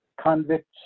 convict's